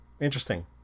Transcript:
interesting